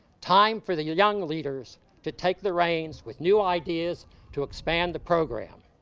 time for the young leaders to take the reins with new ideas to expand the program.